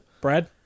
Brad